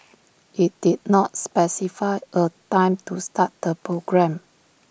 IT did not specify A time to start the programme